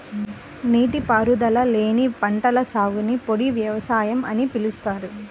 నీటిపారుదల లేని పంటల సాగుని పొడి వ్యవసాయం అని పిలుస్తారు